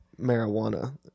marijuana